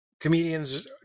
comedians